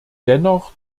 dennoch